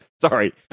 Sorry